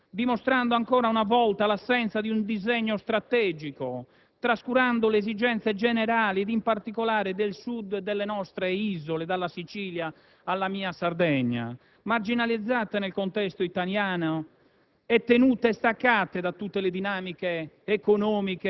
ci proponete oggi una serie di misure di breve respiro, dimostrando ancora una volta l'assenza di un disegno strategico, trascurando le esigenze generali ed in particolare del Sud e delle nostre isole, dalla Sicilia alla mia Sardegna, marginalizzate nel contesto italiano